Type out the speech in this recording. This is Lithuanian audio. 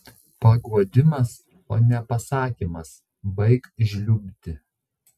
paguodimas o ne pasakymas baik žliumbti